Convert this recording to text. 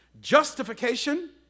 Justification